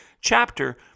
chapter